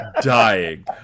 dying